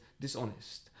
dishonest